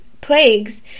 plagues